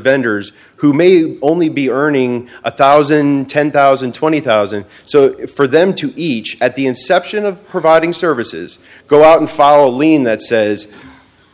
vendors who may only be earning a thousand ten thousand twenty thousand so if for them to each at the inception of providing services go out and follow a lean that says